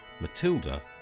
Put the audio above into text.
Matilda